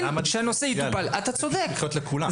שהנושא יטופל --- זה צריך להיות לכולם.